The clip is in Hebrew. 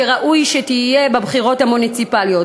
שראוי שתהיה בבחירות המוניציפליות,